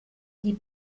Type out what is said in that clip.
die